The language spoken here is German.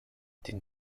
den